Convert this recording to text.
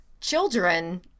children